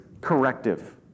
corrective